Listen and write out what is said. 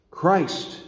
Christ